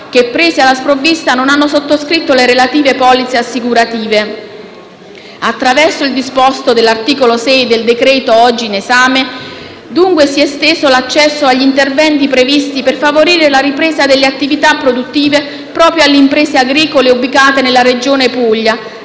che, presi alla sprovvista, non hanno sottoscritto le relative polizze assicurative. Attraverso il disposto dell'articolo 6 del decreto-legge oggi in esame, dunque, si è esteso l'accesso agli interventi previsti per favorire la ripresa delle attività produttive proprio alle imprese agricole ubicate nella Regione Puglia,